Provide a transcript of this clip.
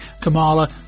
Kamala